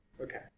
Okay